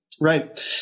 Right